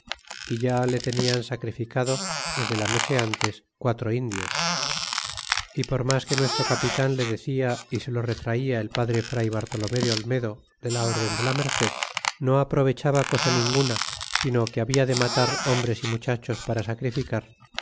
e ya le tenian sacrificado desde la noche antes quatro indios y por mas que nuestro capitan le decia y se lo retraia el padre fray bartolome de olmedo de la orden de la merced no aprovechaba cosa ninguna sino que habia de matar hombres y muchachos para sacrificar